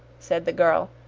said the girl,